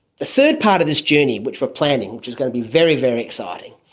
the third part of this journey which we are planning, which is going to be very, very exciting,